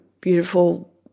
beautiful